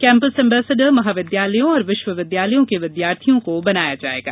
campus ambassador महाविद्यालयों और विश्वविद्यालयों के विद्यार्थियों को बनाया जाएगा